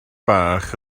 bach